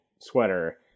sweater